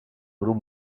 grup